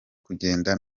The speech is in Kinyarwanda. kugenda